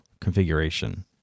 configuration